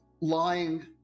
lying